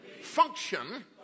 function